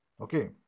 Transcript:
Okay